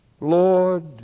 Lord